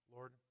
Lord